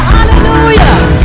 Hallelujah